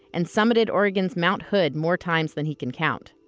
and summit-ted oregon's mount hood more times than he can count.